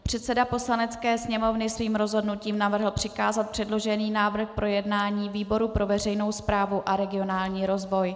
Předseda Poslanecké sněmovny svým rozhodnutím navrhl přikázat předložený návrh k projednání výboru pro veřejnou správu a regionální rozvoj.